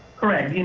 correct. you know